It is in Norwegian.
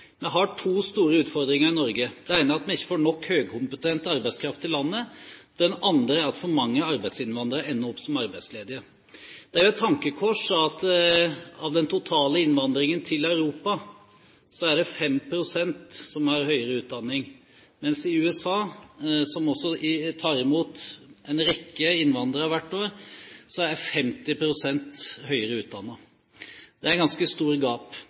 Vi har to store utfordringer i Norge. Den ene er at vi ikke får nok høykompetent arbeidskraft til landet. Den andre er at for mange arbeidsinnvandrere ender opp som arbeidsledige. Det er et tankekors at av den totale innvandringen til Europa er det 5 pst. som har høyere utdanning, mens i USA, som også tar imot en rekke innvandrere hvert år, er 50 pst. høyere utdannet. Det er et ganske stort gap.